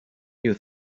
you